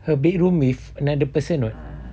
her bedroom with another person [what]